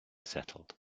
settled